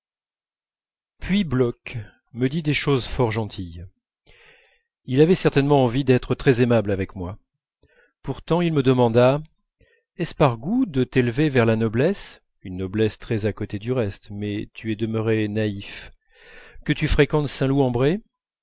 puis bloch me dit des choses fort gentilles il avait certainement envie d'être très aimable avec moi pourtant il me demanda est-ce par goût de t'élever vers la noblesse une noblesse très à côté du reste mais tu es demeuré naïf que tu fréquentes